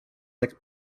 jak